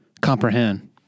comprehend